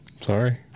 Sorry